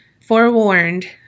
forewarned